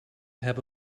have